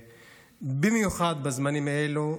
במיוחד בזמנים האלה,